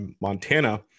Montana